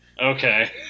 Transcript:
Okay